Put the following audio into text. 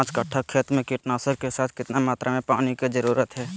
पांच कट्ठा खेत में कीटनाशक के साथ कितना मात्रा में पानी के जरूरत है?